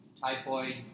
typhoid